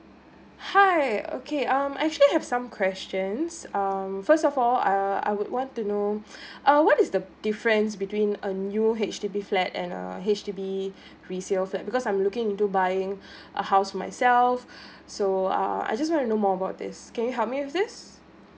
hi uh okay um I actually have some questions um first of all err I would want to know uh what is the difference between a new H_D_B flat and a H_D_B resale flat because I'm looking into buying a house myself so uh I just want to know more about this can you help me with this